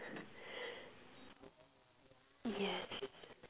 yes